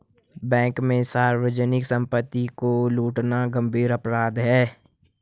bank में सार्वजनिक सम्पत्ति को लूटना गम्भीर अपराध है